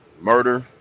murder